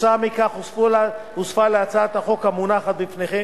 כתוצאה מכך הוספה להצעת החוק המונחת בפניכם